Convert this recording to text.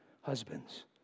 husbands